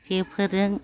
जेफोरजों